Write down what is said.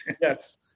Yes